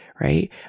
right